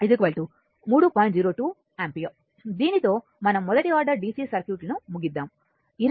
02 ampere దీనితో మనం first order DC సర్క్యూట్ను ముగిద్దాము